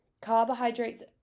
Carbohydrates